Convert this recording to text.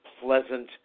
pleasant